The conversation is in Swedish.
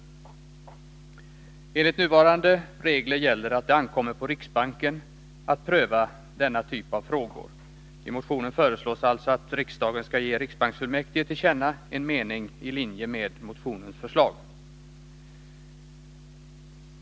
Enligt nuvarande regler gäller att det ankommer på riksbanken att pröva denna typ av frågor. I motionen föreslås alltså att riksdagen skall ge riksbanksfullmäktige till känna en mening i linje med motionens förslag.